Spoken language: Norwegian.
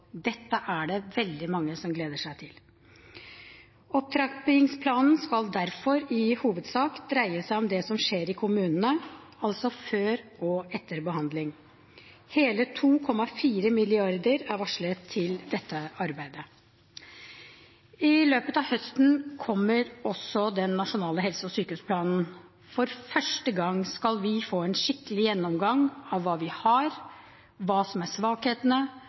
Dette er det veldig mange som gleder seg til. Opptrappingsplanen skal derfor i hovedsak dreie seg om det som skjer i kommunene, altså før og etter behandling. Hele 2,4 mrd. kr er varslet til dette arbeidet. I løpet av høsten kommer også den nasjonale helse- og sykehusplanen. For første gang skal vi få en skikkelig gjennomgang av hva vi har, hva som er svakhetene,